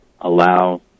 allow